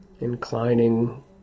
inclining